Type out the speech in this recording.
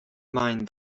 mind